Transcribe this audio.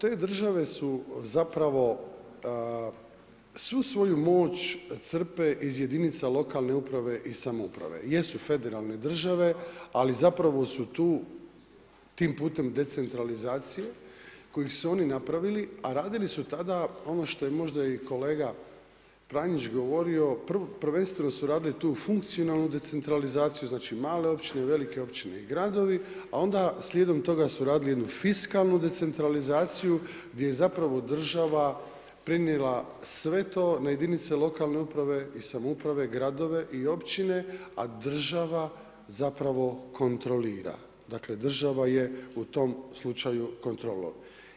Te države su zapravo svu svoju moć crpe iz jedinica lokalne uprave i samouprave, jesu federalne države, ali zapravo su tim putem decentralizacije koje su oni napravili, a radili su tada ono što je možda i kolega Pranjić govorio, prvenstveno su radili tu funkcionalnu decentralizaciju, znači male općine, velike općine i gradovi, a onda slijedom toga su radili jednu fiskalnu decentralizaciju gdje je zapravo država prenijela sve to na jedinice lokalne uprave i samouprave, gradove i općine, a država zapravo kontrolira, dakle država je u tom slučaju kontrolor.